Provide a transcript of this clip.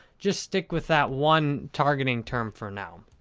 just stick with that one targeting term for now.